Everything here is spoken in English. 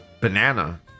banana